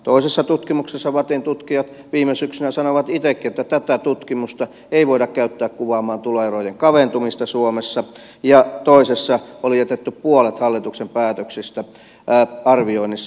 toisessa tutkimuksessa vattin tutkijat viime syksynä sanoivat itsekin että tätä tutkimusta ei voida käyttää kuvaamaan tuloerojen kaventumista suomessa ja toisessa oli jätetty puolet hallituksen päätöksistä arvioinnissa ulkopuolelle